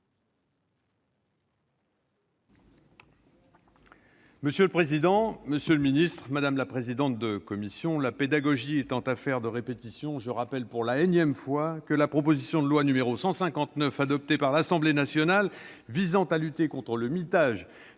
Monsieur le président, monsieur le ministre, mes chers collègues, la pédagogie étant affaire de répétition, je rappelle pour la énième fois que la proposition de loi n° 159, adoptée par l'Assemblée nationale et visant à lutter contre le mitage des espaces